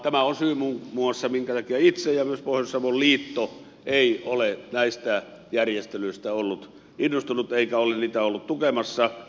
tämä muun muassa on syy minkä takia minä itse eikä myöskään pohjois savon liitto ole näistä järjestelyistä ollut innostunut eikä ole niitä ollut tukemassa